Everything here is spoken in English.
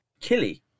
Killy